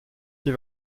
die